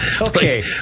Okay